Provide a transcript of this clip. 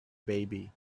baby